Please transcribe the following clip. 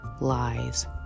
lies